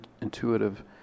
intuitive